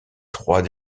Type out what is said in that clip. trois